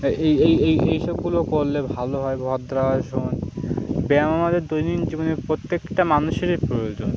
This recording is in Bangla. এই এই এই এইসবগুলো করলে ভালো হয় ভদ্রাসন ব্যায়াম আমাদের দৈনন্দিন জীবনে প্রত্যেকটা মানুষেরই প্রয়োজন